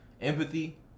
Empathy